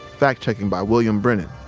fact-checking by william brennan.